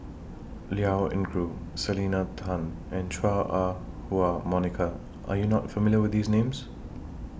Liao Yingru Selena Tan and Chua Ah Huwa Monica Are YOU not familiar with These Names